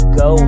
go